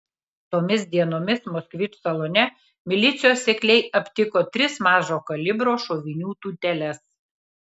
tomis dienomis moskvič salone milicijos sekliai aptiko tris mažo kalibro šovinių tūteles